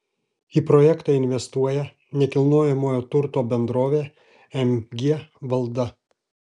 į projektą investuoja nekilnojamojo turto bendrovė mg valda